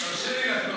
תרשה לי לחלוק עליך.